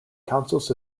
councils